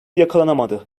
yakalanamadı